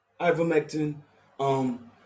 ivermectin